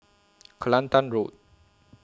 Kelantan Road